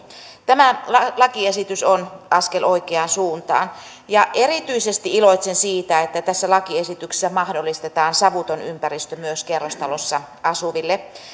tämä lakiesitys on askel oikeaan suuntaan erityisesti iloitsen siitä että tässä lakiesityksessä mahdollistetaan savuton ympäristö myös kerrostalossa asuville